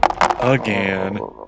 again